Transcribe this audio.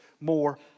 more